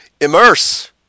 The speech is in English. immerse